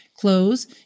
close